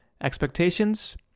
expectations